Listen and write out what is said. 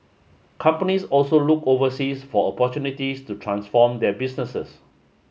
companies also looked overseas for opportunities to transform their businesses